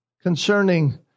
concerning